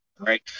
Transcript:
Right